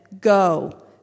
Go